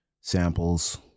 samples